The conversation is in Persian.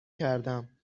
کردم